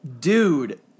dude